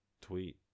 tweet